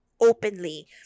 Openly